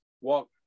walk